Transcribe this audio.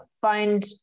find